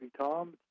Tom